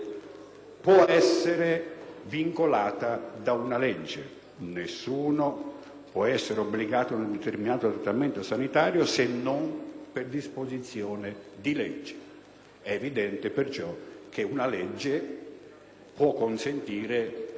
può essere obbligato ad un determinato trattamento sanitario se non per disposizione di legge». È evidente perciò che una legge può consentire l'esercizio positivo della libertà di cura o di rifiuto della cura.